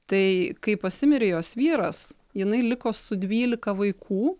tai kaip pasimirė jos vyras jinai liko su dvylika vaikų